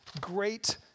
great